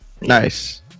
nice